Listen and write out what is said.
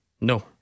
No